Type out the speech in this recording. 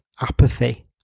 apathy